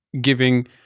giving